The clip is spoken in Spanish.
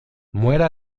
muera